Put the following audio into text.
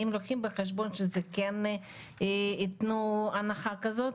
האם לוקחים בחשבון שכן יתנו הנחה כזאת?